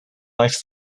life